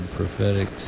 prophetic